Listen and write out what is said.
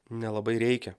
nelabai reikia